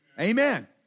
Amen